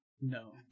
No